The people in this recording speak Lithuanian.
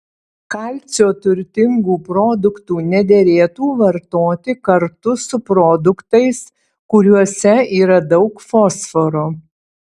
kalcio turtingų produktų nederėtų vartoti kartu su produktais kuriuose yra daug fosforo